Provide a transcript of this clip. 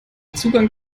zugang